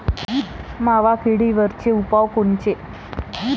मावा किडीवरचे उपाव कोनचे?